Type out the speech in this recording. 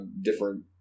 different